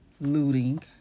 looting